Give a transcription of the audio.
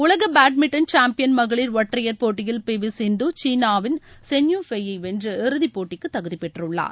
உலக பேட்மிண்டன் சாம்பியன்மகளிர் ஒற்றையர் போட்டியில் பி வி சிந்து சீனாவின் சென் யு ஃபேய் ஐ வென்று இறுதிப்போட்டிக்கு தகுதிபெற்றுள்ளார்